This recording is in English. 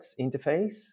interface